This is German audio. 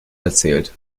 erzählt